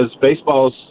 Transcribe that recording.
baseballs